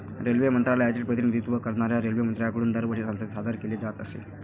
railway मंत्रालयाचे प्रतिनिधित्व करणाऱ्या रेल्वेमंत्र्यांकडून दरवर्षी संसदेत सादर केले जात असे